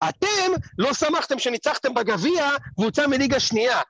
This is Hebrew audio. אתם לא שמחתם שניצחתם בגביע קבוצה מליגה שנייה.